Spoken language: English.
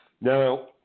Now